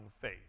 faith